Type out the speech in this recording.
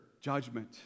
judgment